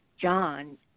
john